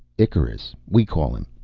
icarus, we call him.